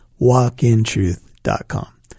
walkintruth.com